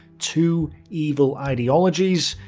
two evil ideologies,